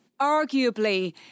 arguably